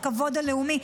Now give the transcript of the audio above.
לכבוד הלאומי.